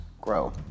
grow